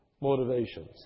motivations